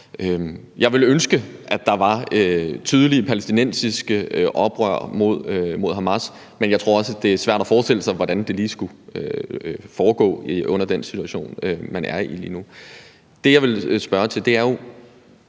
Jeg ville ønske, at der var tydelige palæstinensiske oprør mod Hamas, men jeg tror også, det er svært at forestille sig, hvordan det lige skulle foregå i den situation, man er i lige nu. Fru Charlotte Munch